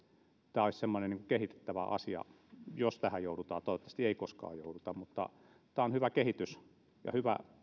tämä olisi semmoinen kehitettävä asia jos tähän joudutaan toivottavasti ei koskaan jouduta tämä puhemiesneuvoston esitys on hyvä kehitys ja hyvä